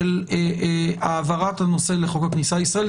של העברת הנושא לחוק הכניסה לישראל.